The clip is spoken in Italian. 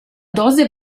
dose